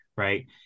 Right